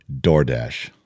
DoorDash